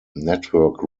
network